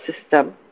system